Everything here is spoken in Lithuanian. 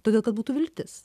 todėl kad būtų viltis